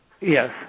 Yes